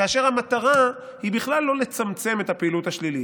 כאשר המטרה היא בכלל לא לצמצם את הפעילות השלילית.